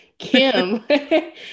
Kim